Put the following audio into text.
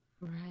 right